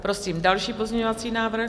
Prosím další pozměňovací návrh.